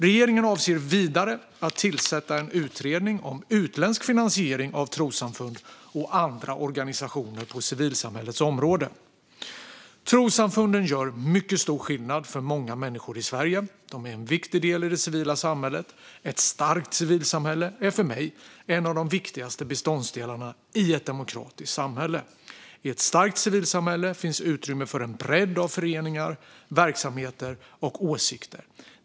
Regeringen avser vidare att tillsätta en utredning om utländsk finansiering av trossamfund och andra organisationer på civilsamhällets område. Trossamfunden gör mycket stor skillnad för många människor i Sverige. De är en viktig del i det civila samhället. Ett starkt civilsamhälle är för mig en av de viktigaste beståndsdelarna i ett demokratiskt samhälle. I ett starkt civilsamhälle finns utrymme för en bredd av föreningar, verksamheter och åsikter.